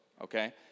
okay